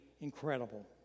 incredible